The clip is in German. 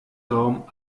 raum